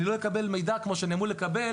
אני לא אקבל מידע כמו שאני אמור לקבל